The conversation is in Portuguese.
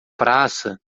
praça